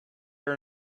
are